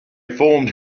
formed